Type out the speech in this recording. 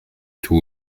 tout